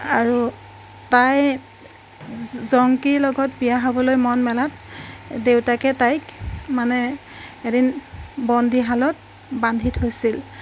আৰু তাই জংকীৰ লগত বিয়া হ'বলৈ মন মেলাত দেউতাকে তাইক মানে এদিন বন্দীশালত বান্ধি থৈছিল